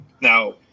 Now